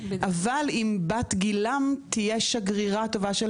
אבל אם בת גילם תהיה שגרירה טובה של